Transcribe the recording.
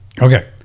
okay